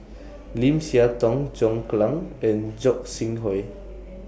Lim Siah Tong John Clang and Gog Sing Hooi